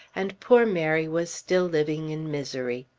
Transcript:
and poor mary was still living in misery.